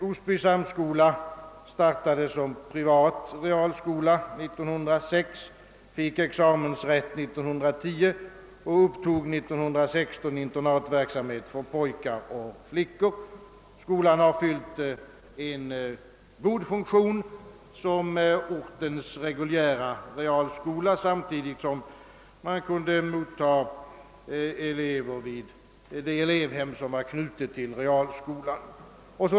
Osby samskola startade som privat realskola 1906, fick examensrätt 1910 och upptog 1916 internatverksamhet för pojkar och flickor. Skolan har fyllt en god funktion som ortens reguljära realskola, samtidigt som elever kunnat mottas vid det elevhem, som varit knutet till realskolan.